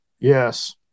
yes